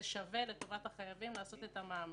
ושווה לטובת החייבים לעשות את המאמץ.